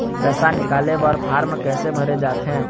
पैसा निकाले बर फार्म कैसे भरे जाथे?